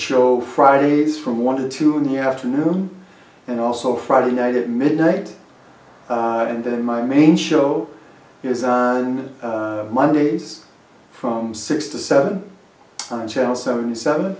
show fridays from one to two in the afternoon and also friday night at midnight and then my main show is on mondays from six to seven and channel seven seven